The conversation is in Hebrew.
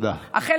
החל,